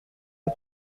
les